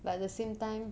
but at the same time